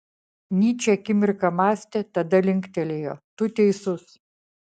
nyčė akimirką mąstė tada linktelėjo tu teisus